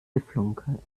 geflunkert